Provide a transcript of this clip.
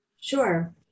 Sure